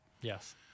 Yes